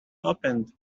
opened